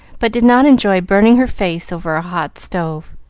but did not enjoy burning her face over a hot stove,